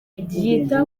ryita